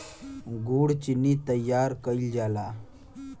गुड़ चीनी तइयार कइल जाला